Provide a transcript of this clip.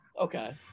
okay